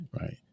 right